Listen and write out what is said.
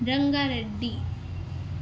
Rangareddy